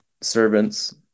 servants